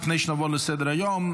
לפני שנעבור לסדר-היום,